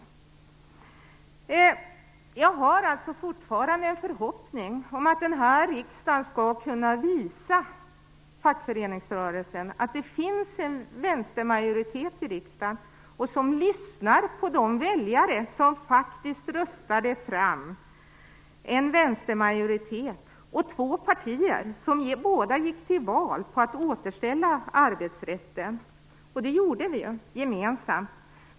Jag har alltså fortfarande en förhoppning om att den här riksdagen skall kunna visa fackföreningsrörelsen att det finns en vänstermajoritet i riksdagen som lyssnar på de väljare som faktiskt röstade fram en vänstermajoritet och två partier som båda gick till val på att återställa arbetsrätten. Och det gjorde vi ju, gemensamt.